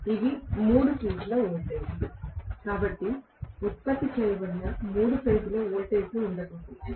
ఇవి మూడు ఫేజ్ ల వోల్టేజీలు కాబట్టి ఉత్పత్తి చేయబడిన మూడు ఫేజ్ ల వోల్టేజీలు ఉండబోతున్నాయి